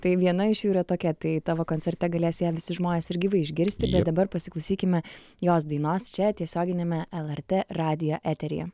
tai viena iš jų yra tokia tai tavo koncerte galės ją visi žmonės ir gyvai išgirsti dabar pasiklausykime jos dainos čia tiesioginiame lrt radijo eteryje